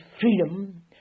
freedom